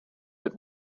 but